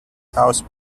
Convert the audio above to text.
house